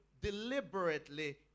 deliberately